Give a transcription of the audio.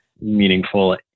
meaningful